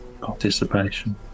participation